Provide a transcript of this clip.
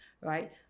right